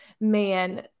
man